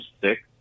six